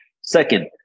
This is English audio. Second